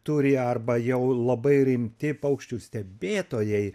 turi arba jau labai rimti paukščių stebėtojai